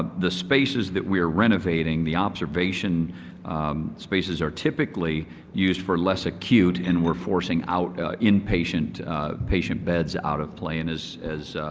ah the spaces that we are renovating, the observation spaces are typically used for less acute and we are forcing out in patient patient beds out of play, as as